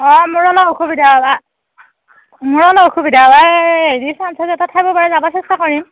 অঁ মোৰ অলপ অসুবিধা মোৰ অলপ অসুবিধা হৱেই হেৰি চাঞ্চ আছে তথাপিও বাৰু যাবা চেষ্টা কৰিম